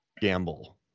gamble